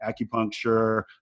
acupuncture